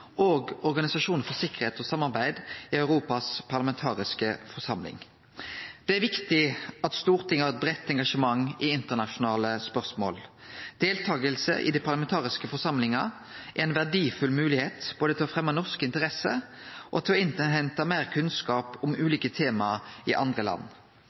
og Organisasjonen for sikkerheit og samarbeid i Europas parlamentariske forsamling. Det er viktig at Stortinget har eit breitt engasjement i internasjonale spørsmål. Deltaking i dei parlamentariske forsamlingane er ei verdifull moglegheit både til å fremje norske interesser og til å innhente meir kunnskap om ulike tema i andre land.